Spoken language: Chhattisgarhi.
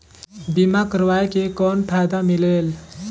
बीमा करवाय के कौन फाइदा मिलेल?